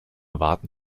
warten